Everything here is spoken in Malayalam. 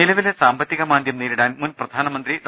നിലവിലെ സാമ്പത്തിക മാന്ദ്യം നേരിടാൻ മുൻ പ്രധാനമന്ത്രി ഡോ